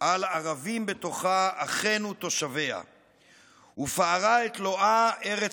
על ערבים בתוכה / אחינו תושביה / ופערה את לועה / ארץ